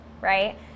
right